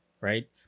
right